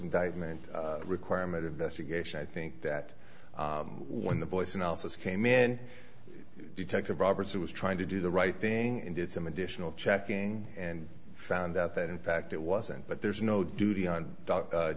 indictment requirement investigation i think that when the voice analysis came in detective roberts who was trying to do the right thing and did some additional checking and found out that in fact it wasn't but there's no duty on